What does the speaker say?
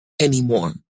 anymore